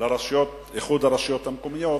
לאיחוד הרשויות המקומיות,